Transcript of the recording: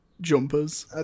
jumpers